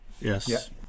yes